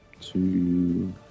two